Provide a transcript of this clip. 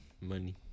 Money